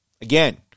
Again